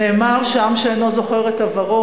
נאמר שעם שאינו זוכר את עברו,